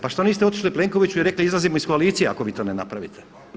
Pa što niste otišli Plenkoviću i rekli: Izlazimo iz koalicije ako vi to ne napravite.